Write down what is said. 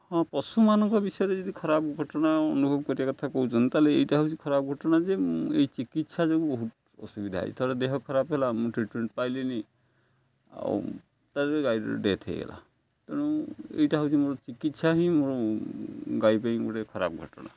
ହଁ ପଶୁମାନଙ୍କ ବିଷୟରେ ଯଦି ଖରାପ ଘଟଣା ଅନୁଭବ କରିବା କଥା କହୁଛନ୍ତି ତା'ହେଲେ ଏଇଟା ହେଉଛି ଖରାପ ଘଟଣା ଯେ ମୁଁ ଏହି ଚିକିତ୍ସା ଯୋଗୁଁ ବହୁତ ଅସୁବିଧା ଏଥର ଦେହ ଖରାପ ହେଲା ମୁଁ ଟ୍ରିଟ୍ମେଣ୍ଟ୍ ପାଇଲିନି ଆଉ ତା ଭିତରେ ଗାଈର ଡେଥ୍ ହୋଇଗଲା ତେଣୁ ଏଇଟା ହେଉଛି ମୋର ଚିକିତ୍ସା ହିଁ ମୋର ଗାଈ ପାଇଁ ଗୋଟେ ଖରାପ ଘଟଣା